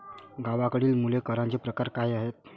गावाकडली मुले करांचे प्रकार काय आहेत?